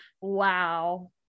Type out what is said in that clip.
wow